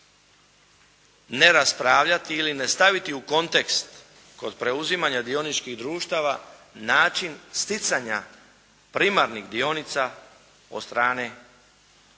ne raspravljati ili ne staviti u kontekst kod preuzimanja dioničkih društava način sticanja primarnih dionica od strane vlasnika.